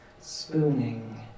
Spooning